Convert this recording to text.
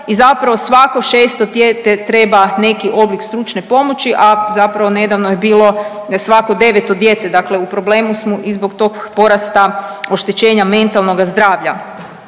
i zapravo svako 6. dijete treba neki oblik stručne pomoći, a zapravo nedavno je bilo svako 9. dijete, dakle u problemu smo i zbog tog porasta oštećenja mentalnoga zdravlja.